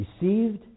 received